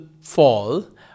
fall